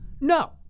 No